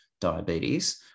diabetes